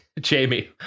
jamie